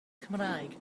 cymraeg